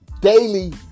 Daily